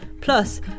plus